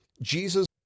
Jesus